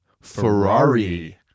Ferrari